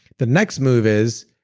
the next move is,